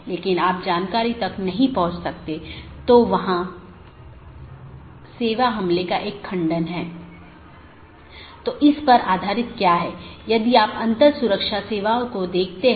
अगर जानकारी में कोई परिवर्तन होता है या रीचचबिलिटी की जानकारी को अपडेट करते हैं तो अपडेट संदेश में साथियों के बीच इसका आदान प्रदान होता है